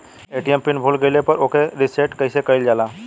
ATM pin भूल गईल पर ओके रीसेट कइसे कइल जाला?